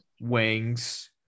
wings